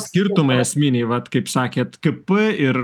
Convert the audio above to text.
skirtumai esminiai vat kaip sakėt k p ir